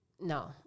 No